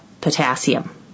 potassium